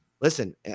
listen